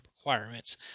requirements